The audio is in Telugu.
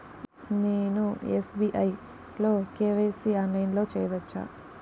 నేను ఎస్.బీ.ఐ లో కే.వై.సి ఆన్లైన్లో చేయవచ్చా?